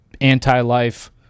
anti-life